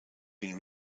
been